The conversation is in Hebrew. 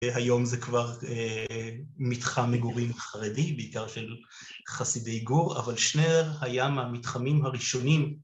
‫והיום זה כבר מתחם מגורים חרדי, ‫בעיקר של חסידי גור, ‫אבל שניהר היה מהמתחמים הראשונים.